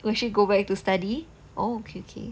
will she go back to study okay okay